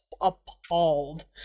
appalled